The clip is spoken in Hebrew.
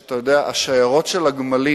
אתה יודע, השיירות של הגמלים